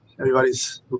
everybody's